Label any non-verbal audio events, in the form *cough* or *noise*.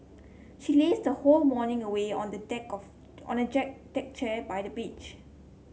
she lazed her whole morning away on the deck of on the *unintelligible* deck chair by the beach